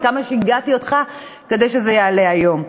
וכמה שיגעתי אותך כדי שזה יעלה היום.